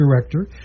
director